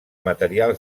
material